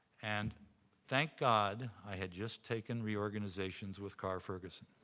and thank god i had just taken reorganizations with carr ferguson.